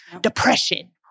depression